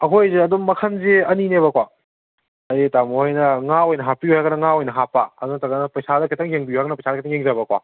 ꯑꯩꯈꯣꯏꯁꯦ ꯑꯗꯨꯝ ꯃꯈꯟꯁꯦ ꯑꯅꯤꯅꯦꯕꯀꯣ ꯍꯥꯏꯗꯤ ꯇꯥꯃꯣ ꯍꯣꯏꯅ ꯉꯥ ꯑꯣꯏꯅ ꯍꯥꯞꯄꯤꯌꯣ ꯍꯥꯏꯔꯒꯅ ꯉꯥ ꯑꯣꯏꯅ ꯍꯥꯞꯄ ꯑꯗꯨ ꯅꯠꯇ꯭ꯔꯒꯅ ꯄꯩꯁꯥꯗ ꯈꯤꯇꯪ ꯌꯦꯡꯕꯤꯌꯣ ꯍꯥꯏꯔꯒꯅ ꯄꯩꯁꯥꯗ ꯈꯤꯇꯪ ꯌꯦꯡꯖꯕꯀꯣ